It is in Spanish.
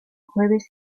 jueves